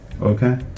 okay